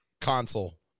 console